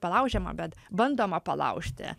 palaužiama bet bandoma palaužti